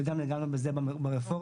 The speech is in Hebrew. וגם נגענו בזה ברפורמה.